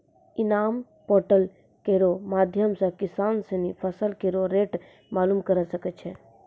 इनाम पोर्टल केरो माध्यम सें किसान सिनी फसल केरो रेट मालूम करे सकै छै